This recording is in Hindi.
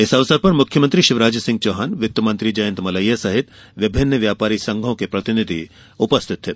इस अवसर पर मुख्यमंत्री शिवराज सिंह चौहान वित्त मंत्री जयंत मलैया सहित विभिन्न व्यापारी संघो के प्रतिनिधि उपस्थित थे